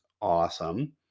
awesome